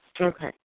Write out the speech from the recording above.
Okay